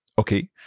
Okay